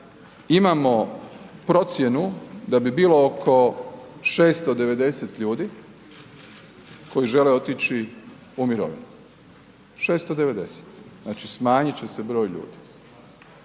imamo procjenu da bi bilo oko 690 ljudi koji žele otići u mirovinu, 690, znači smanjit će se broj ljudi.